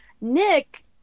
Nick